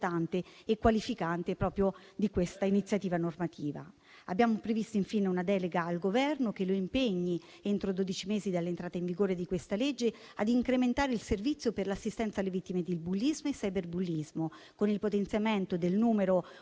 e qualificante di questa iniziativa normativa. Abbiamo previsto infine una delega al Governo che lo impegni, entro dodici mesi dall'entrata in vigore di questa legge, ad incrementare il servizio per l'assistenza alle vittime del bullismo e cyberbullismo, con il potenziamento del numero 114